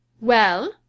Well